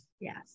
yes